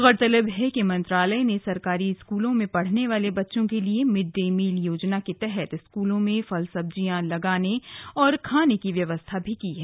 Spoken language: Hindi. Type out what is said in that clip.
गौरतलब है कि मंत्रालय ने सरकारी स्कूलों में पढ़ने वाले बच्चों के लिए मिड डे मील योजना के तहत स्कूलों में फल सब्जियां उगाने और खाने की व्यवस्था की है